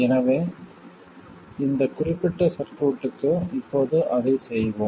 எனவே இந்த குறிப்பிட்ட சர்க்யூட்க்கு இப்போது அதை செய்வோம்